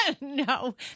No